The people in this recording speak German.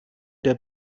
der